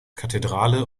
kathedrale